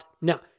Now